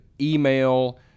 email